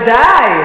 ודאי.